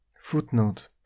Footnote